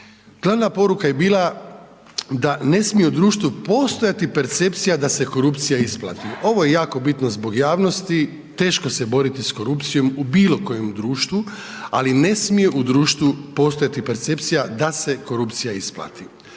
Glavna poruka je bila da ne smije u društvu postojati percepcija da se korupcija isplati, ovo je jako bitno zbog javnosti teško se boriti s korupcijom u bilo kojem društvu, ali ne smije u društvu postojati percepcija da se korupcija isplati.